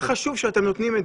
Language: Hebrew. והחשוב שאתם נותנים.